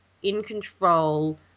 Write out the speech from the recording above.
in-control